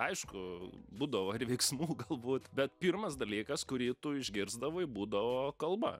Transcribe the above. aišku būdavo ir veiksmų galbūt bet pirmas dalykas kurį tu išgirsdavai būdavo kalba